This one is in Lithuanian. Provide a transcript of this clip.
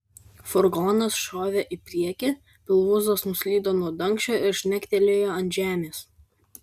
furgonas šovė į priekį pilvūzas nuslydo nuo dangčio ir žnegtelėjo ant žemės